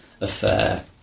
affair